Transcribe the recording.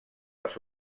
les